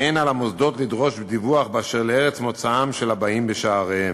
אין על המוסדות לדרוש דיווח אשר לארץ מוצאם של הבאים בשעריהם.